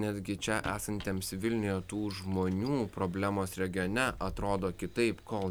netgi čia esantiems vilniuje tų žmonių problemos regione atrodo kitaip kol